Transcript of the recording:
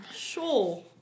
Sure